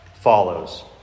follows